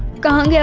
gone yeah